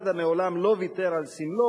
מד"א מעולם לא ויתר על סמלו.